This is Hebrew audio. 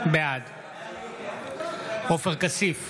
בעד עופר כסיף,